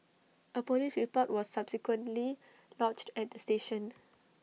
A Police report was subsequently lodged at station